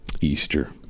Easter